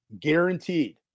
Guaranteed